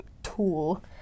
tool